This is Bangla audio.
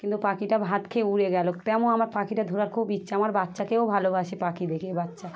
কিন্তু পাখিটা ভাত খেয়ে উড়ে গেল তেমন আমার পাখিটা ধরার খুব ইচ্ছা আমার বাচ্চাকেও ভালোবাসে পাখি দেখে বাচ্চা